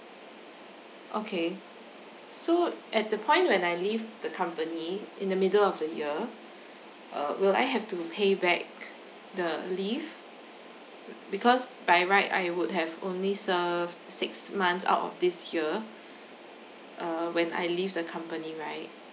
okay so at the point when I leave the company in the middle of the year err will I have to pay back the leave because by right I would have only serve six months out of this year err when I leave the company right